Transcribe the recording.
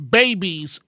babies